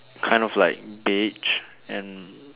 kind of like beach and